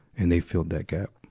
and they filled that gap.